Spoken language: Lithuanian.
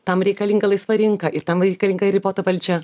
tam reikalinga laisva rinka ir tam reikalinga ir ribota valdžia